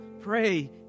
pray